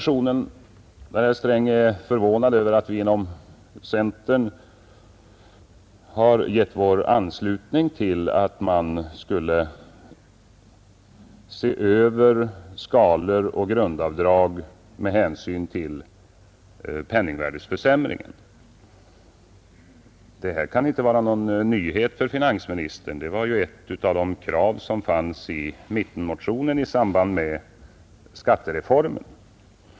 Så var herr Sträng förvånad över att vi inom centern har gett vår anslutning till förslaget om att se över skalor och grundavdrag med hänsyn till penningvärdeförsämringen. Detta kan dock inte vara någon nyhet för finansministern, eftersom det var ett av de krav som fanns i den mittenpartimotion som väcktes i samband med skattereformen.